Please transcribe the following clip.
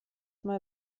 mal